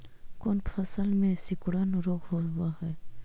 कोन फ़सल में सिकुड़न रोग होब है?